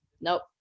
nope